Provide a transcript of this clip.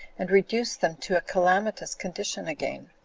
and reduce them to a calamitous condition again.